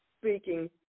speaking